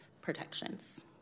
protections